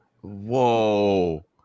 Whoa